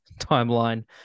timeline